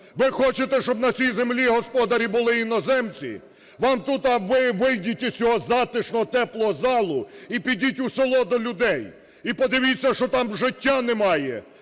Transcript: Ви хочете, щоб на цій землі господарі були іноземці? Вам тут… Вийдіть із цього затишного теплого залу і підіть у село до людей і подивіться, що там життя немає.